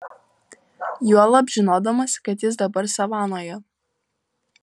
juolab žinodamas kad jis dabar savanoje